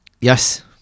yes